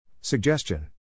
Suggestion